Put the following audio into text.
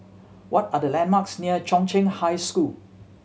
what are the landmarks near Chung Cheng High School